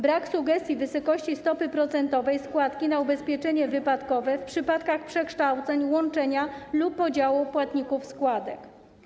Brak sukcesji wysokości stopy procentowej składki na ubezpieczenie wypadkowe w przypadkach przekształceń, łączenia lub podziału płatników składek.